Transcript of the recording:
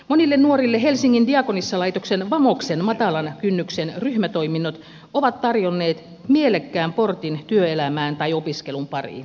monille nuorille helsingin diakonissalaitoksen vamoksen matalan kynnyksen ryhmätoiminnot ovat tarjonneet mielekkään portin työelämään tai opiskelun pariin